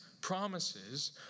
promises